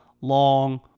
long